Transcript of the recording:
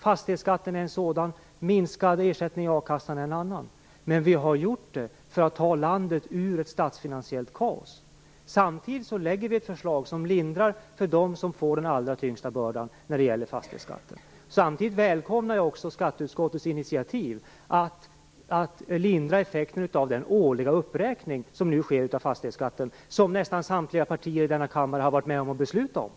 Fastighetsskatten är en sådan, minskad ersättning i a-kassan är en annan. Men vi har gjort detta för att ta landet ur ett statsfinansiellt kaos. Samtidigt lägger vi fram ett förslag som lindrar för dem som får den allra tyngsta bördan när det gäller fastighetsskatten. Jag välkomnar skatteutskottets initiativ till lindring av effekten av den årliga uppräkning som nu sker av fastighetsskatten, vilken nästan samtliga partier i denna kammare har varit med om att besluta om.